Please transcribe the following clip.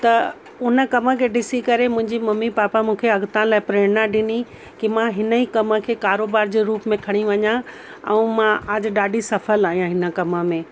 त उन कम खे ॾिसी करे मुंहिंजी मम्मी पापा मूंखे अॻतां लाइ प्रेरणा ॾिनी की मां हिन ई कम खे कारोबार जे रूप में खणी वञा ऐं मां आज ॾाढी सफ़ल आहियां हिन कम में